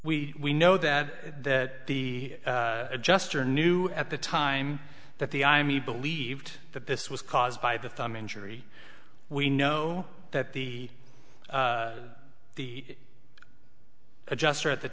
we know that that the adjuster knew at the time that the i me believed that this was caused by the thumb injury we know that the the adjuster at the